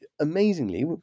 amazingly